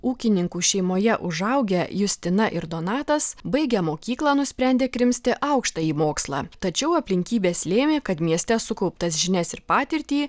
ūkininkų šeimoje užaugę justina ir donatas baigę mokyklą nusprendė krimsti aukštąjį mokslą tačiau aplinkybės lėmė kad mieste sukauptas žinias ir patirtį